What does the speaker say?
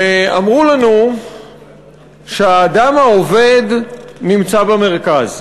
אמרו לנו שהאדם העובד נמצא במרכז,